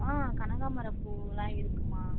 ஆ கனகாம்பரம் பூவுலாம் இருக்குமா